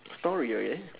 story okay